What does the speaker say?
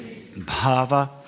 Bhava